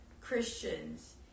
Christians